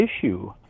issue